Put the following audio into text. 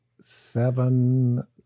seven